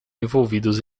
envolvidos